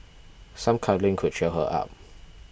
some cuddling could cheer her up